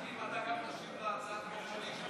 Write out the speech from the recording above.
שאלתי אם אתה גם תשיב להצעת חוק שלי לאחר